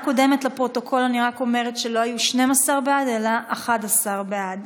לפרוטוקול אני רק אומרת שבהצבעה הקודמת לא היו 12 בעד אלא 11 בעד.